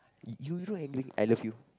you you don't angry I love you